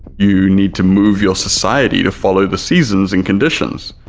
you need to move your society to follow the seasons and conditions,